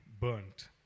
burnt